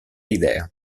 idea